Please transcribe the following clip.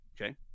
okay